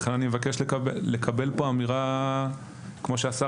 לכן אני מבקש לקבל פה אמירה כמו שהשר